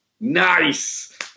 Nice